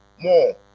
more